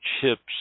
chips